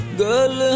girl